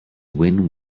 win